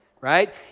right